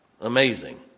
Amazing